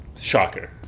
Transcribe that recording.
Shocker